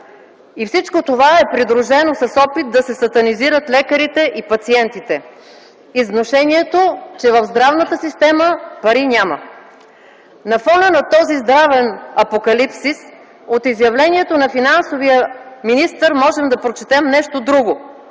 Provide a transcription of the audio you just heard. Всичко това е придружено с опит да се сатанизират лекарите и пациентите и с внушението, че в здравната система пари няма. На фона на този здравен апокалипсис от изявлението на финансовия министър можем да прочетем нещо друго